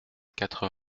quatre